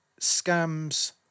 Scams